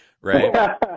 Right